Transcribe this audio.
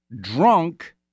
drunk